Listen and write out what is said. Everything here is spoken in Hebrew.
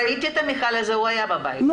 ראיתי את המיכל הזה, הוא היה בבית.